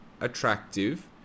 attractive